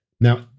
Now